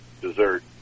dessert